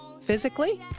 physically